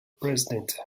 president